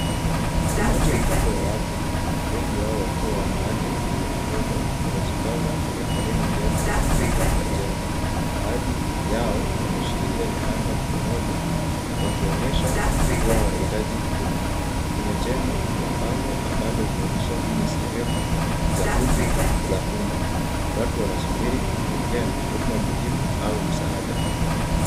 Umati mkubwa wa watu wengi wao wakiwa wanawake na watoto wamejipanga kwenye foleni ndefu nje ya jengo. Baadhi yao wameshikilia nyaraka mikononi wakionyesha kuwa wanahitaji huduma. Kwenye jengo kuna bango ambalo linaonyesha hii ni sehemu za huduma za umma. Watu wanasubiri kupokea huduma muhimu au msaada.